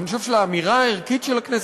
אבל אני חושב שלאמירה הערכית של הכנסת